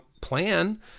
plan